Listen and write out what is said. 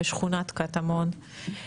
בשכונת קטמון,